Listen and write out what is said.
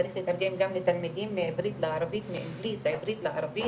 זה צריך לתרגם לתלמידים לערבית ומעברית לערבית